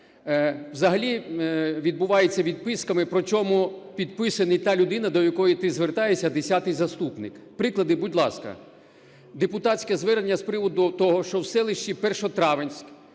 Взагалі відбуваються відписками, причому підписує не та людина, до якої ти звертаєшся, а десятий заступник. Приклади? Будь ласка. Депутатське звернення з приводу того, що в селищі Першотравенськ,